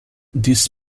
this